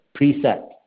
preset